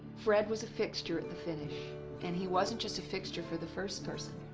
fred was a fixture at the finish, and he wasn't just a fixture for the first person.